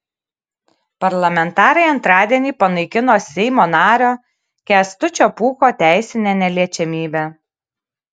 parlamentarai antradienį panaikino seimo nario kęstučio pūko teisinę neliečiamybę